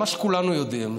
מה שכולנו יודעים,